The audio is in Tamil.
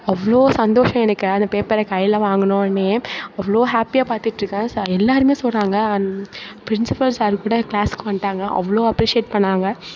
அவ்வளோ சந்தோஷம் எனக்கு அந்த பேப்பரை கையில் வாங்கினவொன்னே அவ்வளோ ஹேப்பியாக பார்த்துட்டு இருக்கேன் எல்லாேருமே சொன்னாங்க அண்ட் பிரின்சிபல் சார் கூட கிளாஸ்க்கு வந்துட்டாங்க அவ்வளோ அப்ரிஷியேட் பண்ணிணாங்க